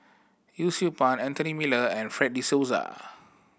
Yee Siew Pun Anthony Miller and Fred De Souza